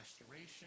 restoration